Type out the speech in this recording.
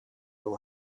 will